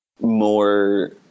more